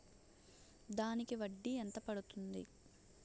దానికి వడ్డీ ఎంత పడుతుంది?